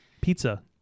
Pizza